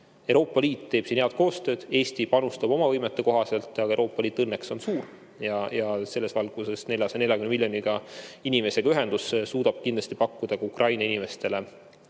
Euroopa Liit teeb siin head koostööd, Eesti panustab oma võimete kohaselt. Aga Euroopa Liit õnneks on suur, selles valguses 440 miljoni inimesega ühendus suudab kindlasti pakkuda Ukraina inimestele